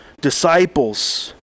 Disciples